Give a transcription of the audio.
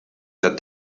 that